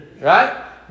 right